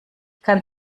kann